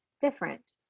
different